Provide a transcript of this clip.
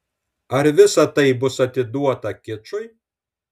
ar visa tai bus atiduota kičui